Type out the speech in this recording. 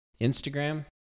Instagram